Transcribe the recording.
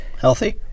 Healthy